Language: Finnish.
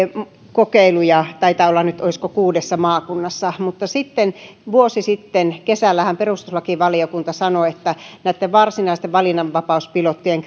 kokeiluja taitaa olla nyt olisiko kuudessa maakunnassa mutta vuosi sitten kesällähän perustuslakivaliokunta sanoi että näitten varsinaisten valinnanvapauspilottien